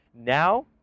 Now